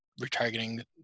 retargeting